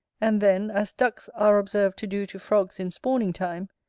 and then as ducks are observed to do to frogs in spawning-time,